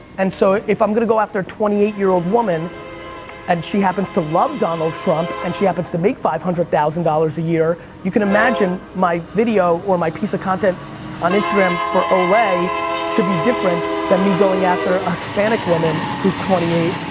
and so if i'm gonna go after a twenty eight year-old woman and she happens to love donald trump and she happens to make five hundred thousand dollars a year, you can imagine my video, or my piece of content on instagram for olay should be different than me going after a spanic woman, who's twenty eight,